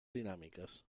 dinàmiques